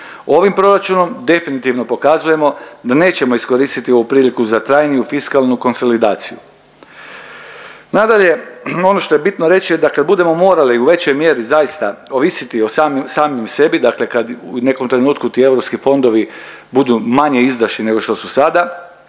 Ovim proračunom definitivno pokazujemo da nećemo iskoristiti ovu priliku za trajniju fiskalnu konsolidaciju. Nadalje, ono što je bitno reći da kad budemo morali u većoj mjeri zaista ovisiti o samim sebi, dakle kad u nekom trenutku ti EU fondovi budu manje izdašni nego što su sada,